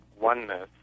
oneness